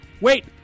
Wait